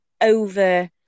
over